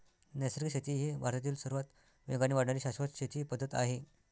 नैसर्गिक शेती ही भारतातील सर्वात वेगाने वाढणारी शाश्वत शेती पद्धत आहे